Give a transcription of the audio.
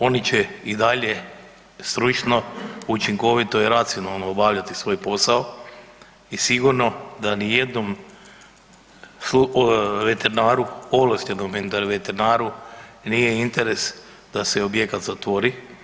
Oni će i dalje stručno, učinkovito i racionalno obavljati svoj posao i sigurno da nijednom veterinaru, ovlaštenom veterinaru nije interes da se objekat zatvori.